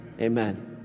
amen